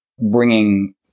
bringing